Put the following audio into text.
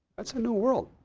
that's a new world.